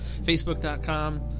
Facebook.com